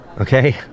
Okay